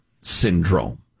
syndrome